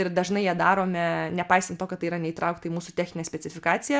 ir dažnai ją darome nepaisant to kad tai yra neįtraukta į mūsų techninę specifikaciją